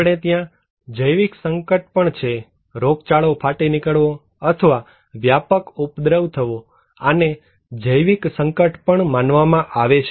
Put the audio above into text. આપણે ત્યાં જૈવિક સંકટ પણ છે રોગચાળો ફાટી નીકળવો અથવા કોઈ પ્રકારનો પ્રાણી દૂષણ અથવા વ્યાપક ઉપદ્રવ થવો આને જૈવિક સંકટ માનવામાં આવે છે